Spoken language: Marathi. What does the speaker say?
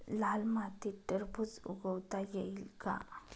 लाल मातीत टरबूज उगवता येईल का?